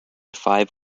five